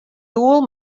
doel